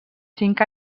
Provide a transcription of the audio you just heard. cinc